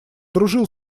дружил